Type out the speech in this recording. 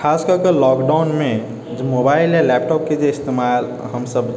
खास करिकऽ लॉकडाउनमे जे मोबाइल या लैपटॉपके जे इस्तेमाल हमसब